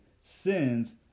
sins